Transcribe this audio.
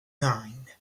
nine